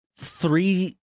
three